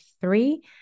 three